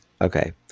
Okay